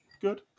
good